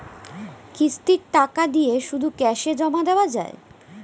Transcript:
কিস্তির টাকা দিয়ে শুধু ক্যাসে জমা দেওয়া যায়?